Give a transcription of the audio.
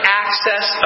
access